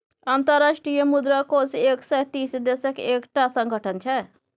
अंतर्राष्ट्रीय मुद्रा कोष एक सय तीस देशक एकटा संगठन छै